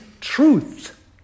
truth